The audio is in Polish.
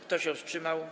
Kto się wstrzymał?